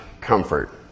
comfort